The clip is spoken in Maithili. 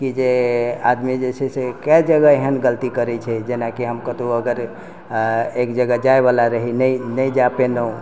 कि जे आदमी जे छै से कए जगह एहन गलती करैत छै जेनाकि हम कतहुँ अगर एक जगह जाइ बाला रही नहि जा पयलहुँ